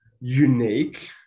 unique